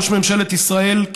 ראש ממשלת ישראל,